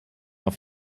auf